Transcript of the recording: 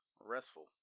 restful